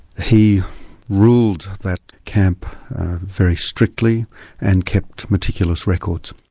he ruled that camp very strictly and kept meticulous records.